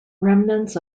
remnants